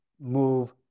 move